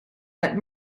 that